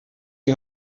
die